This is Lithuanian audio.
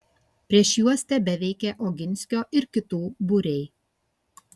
prieš juos tebeveikė oginskio ir kitų būriai